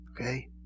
Okay